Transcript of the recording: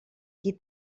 qui